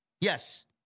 yes